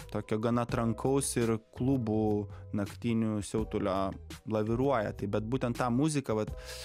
tokio gana trankaus ir klubų naktinių siautulio laviruoja tai bet būtent tą muziką vat